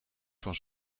van